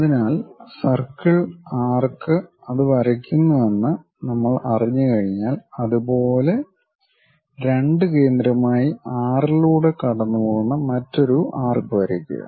അതിനാൽ circle arc അത് വരയ്ക്കുന്നുവെന്ന് നമ്മൾ അറിഞ്ഞുകഴിഞ്ഞാൽ അതുപോലെ 2 കേന്ദ്രമായി 6 ലൂടെ കടന്നുപോകുന്ന മറ്റൊരു ആർക്ക് വരയ്ക്കുക